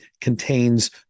contains